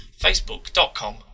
facebook.com